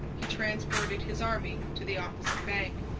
he transported his army to the opposite bank,